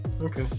Okay